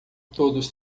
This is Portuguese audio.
todos